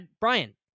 Brian